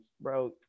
bro